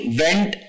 went